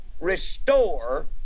restore